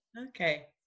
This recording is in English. Okay